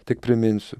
tik priminsiu